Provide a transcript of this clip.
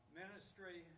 ministry